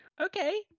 Okay